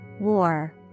war